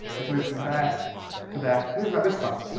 it's moved from there to there. moved about this far.